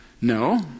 no